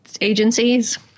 agencies